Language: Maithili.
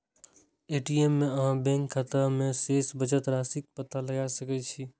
ए.टी.एम सं अहां बैंक खाता मे शेष बचल राशिक पता लगा सकै छी